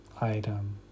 item